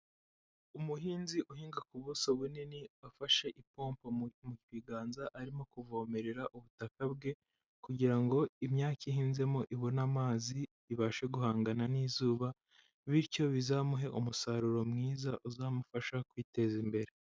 Umuhinzi uhinga ku buso bunini afashe ipopo mu biganza arimo kuvomerera ubutaka bwe, kugira ngo imyaka ihinzemo ibone amazi ibashe guhangana n'izuba, bityo bizamuhe umusaruro mwiza, uzamufasha kwiteza imbere.